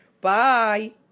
Bye